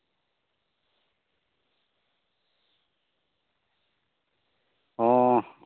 ᱦᱚᱸ